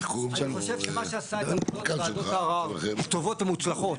אני חושב שמה שעשה וועדות ערר טובות ומוצלחות,